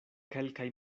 kelkaj